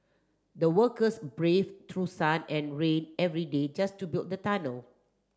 the workers braved through sun and rain every day just to build the tunnel